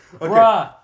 Okay